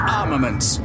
armaments